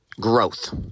growth